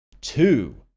Two